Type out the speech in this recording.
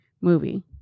movie